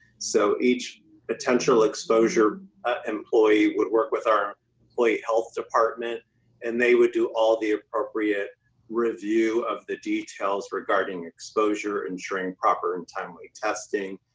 so each potential exposure ah employee would work with our employee health department and they would do all the appropriate review of the details regarding exposure, ensuring proper and timely testing,